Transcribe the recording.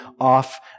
off